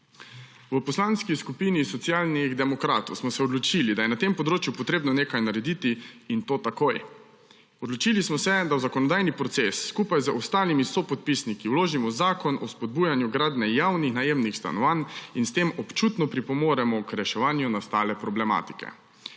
V Poslanski skupini Socialnih demokratov smo se odločili, da je na tem področju potrebno nekaj narediti, in to takoj. Odločili smo se, da v zakonodajni proces skupaj z ostalimi sopodpisniki vložimo zakon o spodbujanju gradnje javnih najemnih stanovanj in s tem občutno pripomoremo k reševanju nastale problematike.